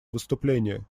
выступление